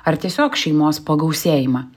ar tiesiog šeimos pagausėjimą